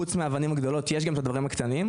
חוץ מהאבנים הגדולות יש גם את הדברים הקטנים,